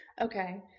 okay